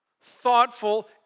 thoughtful